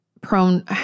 prone